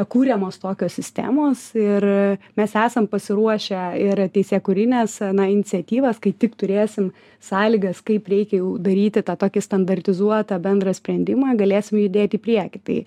kuriamos tokios sistemos ir mes esam pasiruošę ir teisėkūrines na iniciatyvas kai tik turėsim sąlygas kaip reikia jau daryti tą tokį standartizuotą bendrą sprendimą galėsim judėt į priekį tai